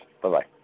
Bye-bye